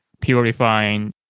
purifying